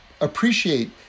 appreciate